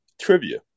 trivia